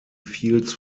fields